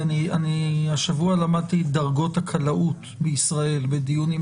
השבוע למדתי את דרגות הכלאות בישראל בדיון עם